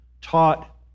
taught